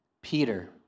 Peter